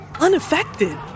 unaffected